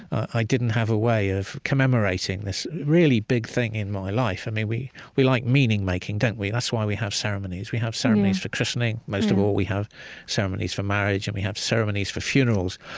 i didn't have a way of commemorating this really big thing in my life. and we we like meaning-making, don't we that's why we have ceremonies. we have ceremonies for christening most of all, we have ceremonies for marriage, and we have ceremonies for funerals.